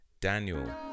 Daniel